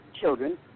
children